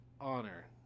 honor